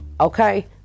Okay